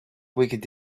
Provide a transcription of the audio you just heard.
week